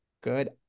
Good